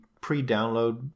pre-download